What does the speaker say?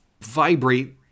vibrate